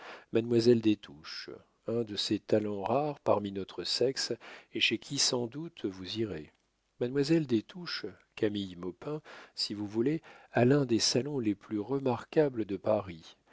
mademoiselle des touches un de ces talents rares parmi notre sexe et chez qui sans doute vous irez mademoiselle des touches camille maupin si vous voulez a l'un des salons les plus remarquables de paris